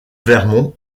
vermont